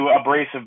abrasive